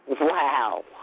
Wow